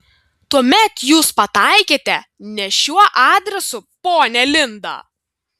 tuomet jūs pataikėte ne šiuo adresu ponia linda